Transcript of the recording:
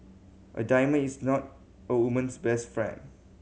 a diamond is not a woman's best friend